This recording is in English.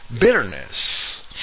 Bitterness